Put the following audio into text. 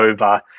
over